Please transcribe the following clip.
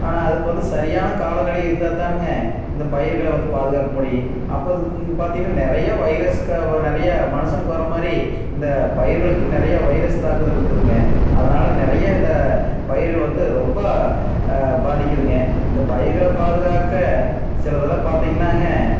ஆனால் அதுக்கு வந்து சரியான காலநிலை இருந்தால் தானுங்க இந்த பயிர்களை வந்து பாதுகாக்க முடியும் அப்போ இதுக்கு நீங்கள் பார்த்திங்கன்னா நிறைய வைரஸ் கா வா நிறையா மனுசனுக்கு வரமாதிரி இந்த பயிர்களுக்கு நிறைய வைரஸ் தாக்குதல் இருக்குதுங்க அதனால் நிறைய இந்த பயிர்கள் வந்து ரொம்ப பாதிக்கிதுங்க இந்த பயிர்களை பாதுகாக்க சிலதுலாம் பார்த்திங்கன்னாங்க